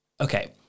okay